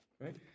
Right